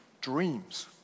dreams